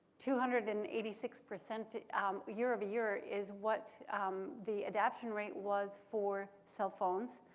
two hundred and eighty six percent year-over-year is what the adaption rate was for cell phones.